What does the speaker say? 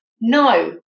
No